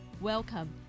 Welcome